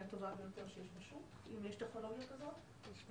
הטובה ביותר שיש בשוק אם יש טכנולוגיה כזאת?